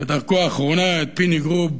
בדרכו האחרונה, את פיני גרוב,